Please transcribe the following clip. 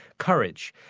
courage.